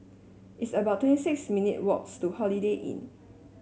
it's about twenty six minute walks to Holiday Inn